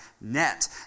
net